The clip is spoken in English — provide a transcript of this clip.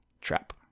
trap